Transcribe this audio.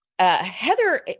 Heather